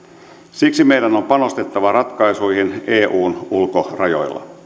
siksi meidän on panostettava ratkaisuihin eun ulkorajoilla